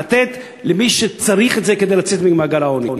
לתת למי שצריך את זה כדי לצאת ממעגל העוני.